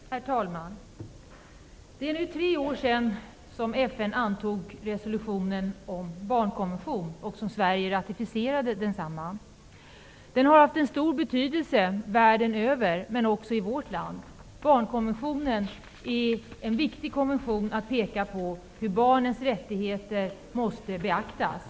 Herr talman! Det är nu tre år sedan FN antog resolutionen om barnkonvention och Sverige ratificerade densamma. Den har haft stor betydelse världen över, men också i vårt land. Barnkonventionen är en viktig konvention att peka på när det gäller hur barnens rättigheter måste beaktas.